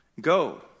Go